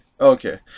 okay